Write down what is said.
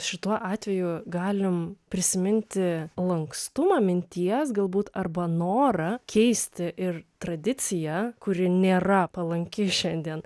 šituo atveju galim prisiminti lankstumą minties galbūt arba norą keisti ir tradiciją kuri nėra palanki šiandien